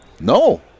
No